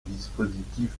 dispositif